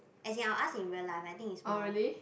as in I will ask in real life I think it's more